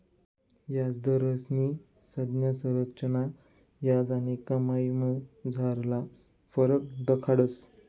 याजदरस्नी संज्ञा संरचना याज आणि कमाईमझारला फरक दखाडस